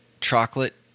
chocolate